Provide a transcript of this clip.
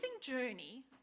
journey